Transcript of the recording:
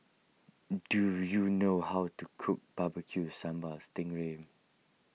do you know how to cook Barbecue Sambal Sting Ray